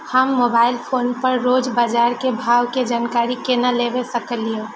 हम mobile phone पर रोज बाजार के भाव के जानकारी केना ले सकलिये?